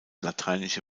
lateinische